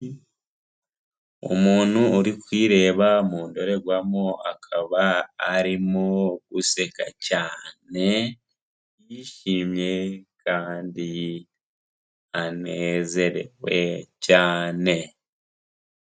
Umuntu uri kwireba mu ndorerwamo akaba arimo guseka cyane yishimye kandi anezerewe cyane.